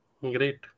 Great